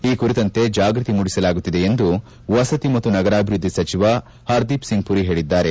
ಈ ಕುರಿತಂತೆ ಜಾಗ್ಯತಿ ಮೂಡಿಸಲಾಗುತ್ತಿದೆ ಎಂದು ವಸತಿ ಮತ್ತು ನಗರಾಭಿವೃದ್ದಿ ಸಚಿವ ಹರ್ದಿಪ್ ಸಿಂಗ್ಪುರಿ ಹೇಳದ್ದಾರೆ